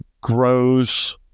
grows